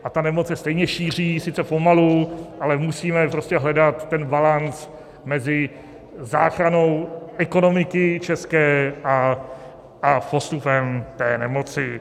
A ta nemoc se stejně šíří, sice pomalu, ale musíme prostě hledat ten balanc mezi záchranou ekonomiky české a postupem té nemoci.